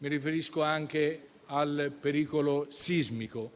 mi riferisco anche al pericolo sismico.